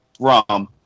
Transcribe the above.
Rum